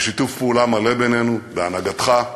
בשיתוף פעולה בינינו, בהנהגתך,